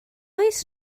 oes